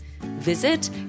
Visit